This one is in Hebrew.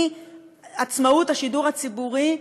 כי עצמאות השידור הציבורי,